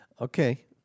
Okay